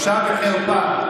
בושה וחרפה.